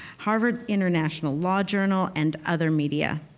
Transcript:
harvard international law journal and other media.